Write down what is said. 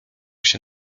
się